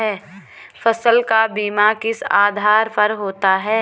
फसल का बीमा किस आधार पर होता है?